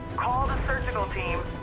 call the surgical team.